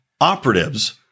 operatives